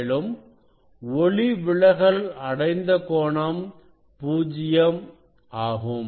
மேலும் ஒளி விலகல் அடைந்த கோணம் 0 ஆகும்